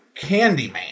Candyman